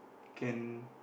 can